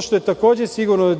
što je takođe sigurno,